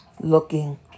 looking